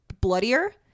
bloodier